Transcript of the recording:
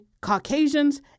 caucasians